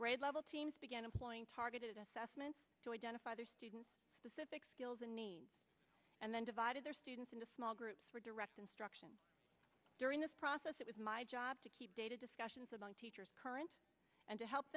grade level teams began employing targeted assessments to identify their students specific skills and needs and then divided their students into small groups for direct instruction during this process it was my job to keep data discussions among teachers current and to help